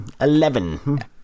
Eleven